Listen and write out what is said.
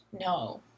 No